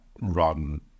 run